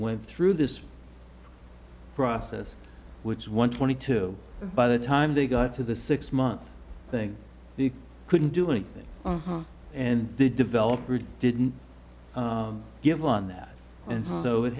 went through this process which one twenty two by the time they got to the six month thing they couldn't do anything and the developer didn't give on that and so it